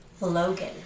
Logan